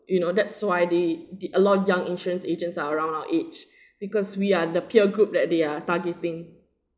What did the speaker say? you know that's why they th~ a lot of young insurance agents are around our age because we are the peer group that they are targeting